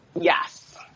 yes